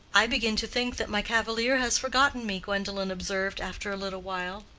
i begin to think that my cavalier has forgotten me, gwendolen observed after a little while.